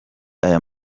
aya